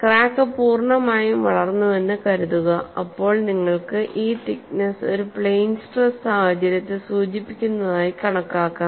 crack പൂർണ്ണമായും വളർന്നുവെന്ന് കരുതുക അപ്പോൾ നിങ്ങൾക്ക് ഈ തിക്നെസ്സ് ഒരു പ്ലെയ്ൻ സ്ട്രെസ് സാഹചര്യത്തെ സൂചിപ്പിക്കുന്നതായി കണക്കാക്കാം